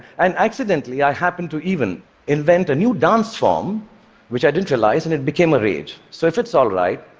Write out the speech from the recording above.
and accidentally, i happened to even invent a new dance form which i didn't realize, and it became a rage. so if it's all right,